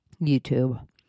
YouTube